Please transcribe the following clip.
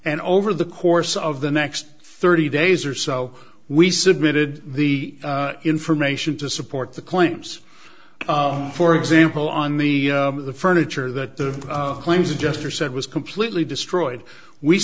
and over the course of the next thirty days or so we submitted the information to support the claims for example on the furniture that the claims adjuster said was completely destroyed we